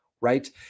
right